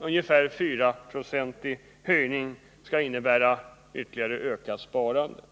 ungefär 4-procentig höjning kommer att innebära en ytterligare ökning av sparandet.